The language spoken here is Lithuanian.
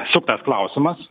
suktas klausimas